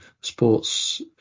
sports